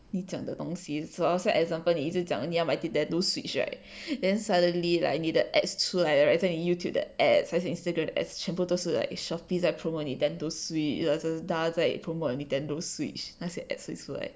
你讲的东西 so 好像 example 你一直讲你要买 Nintendo switch right then suddenly like 你的 ads 出来的 right 在你 YouTube the ads 还是 Instagram as 全部是 like Shopee 在 promote Nintendo switch Lazada 在 promote Nintendo switch 那些 ads 会出来